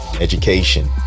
education